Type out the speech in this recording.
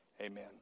amen